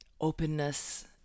openness